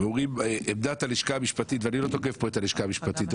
ואומרים שעמדת הלשכה המשפטית ואני לא תוקף פה את הלשכה המשפטית,